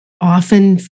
often